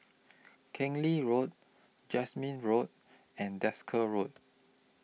Keng Lee Road Jasmine Road and Desker Road